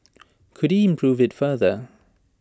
could he improve IT further